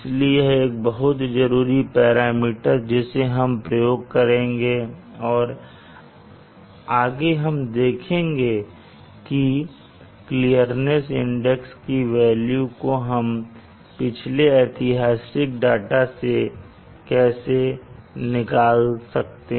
इसलिए यह एक बहुत ही जरूरी पैरामीटर जिसे हम प्रयोग करेंगे और आगे हम देखेंगे की क्लीर्निस इंडेक्स की वेल्यू को पिछले ऐतिहासिक डाटा से कैसे निकाले